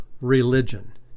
religion